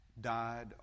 died